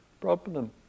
problem